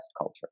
culture